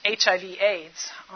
HIV-AIDS